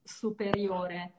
superiore